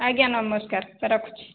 ଆଜ୍ଞା ନମସ୍କାର ରଖୁଛି